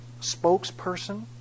spokesperson